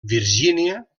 virgínia